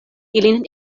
ilin